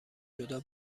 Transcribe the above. جدا